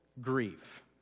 grief